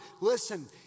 listen